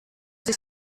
sich